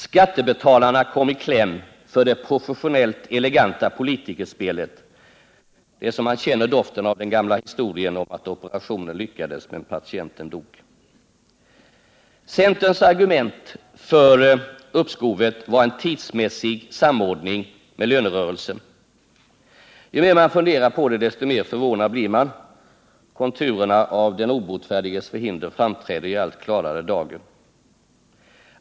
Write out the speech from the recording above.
Skattebetalarna kom i kläm för det professionellt eleganta politikerspelet. Det är så att man känner doften av den gamla historien om att operationen lyckades, men patienten dog. Centerns argument för uppskovet var en tidsmässig samordning med lönerörelsen. Ju mer man funderar på det, desto mer förvånad blir man. Konturerna av den obotfärdiges förhinder framträder i allt klarare dager.